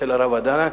אצל הרב הדנה?